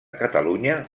catalunya